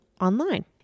online